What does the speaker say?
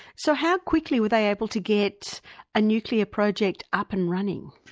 so how quickly were they able to get a nuclear project up and running?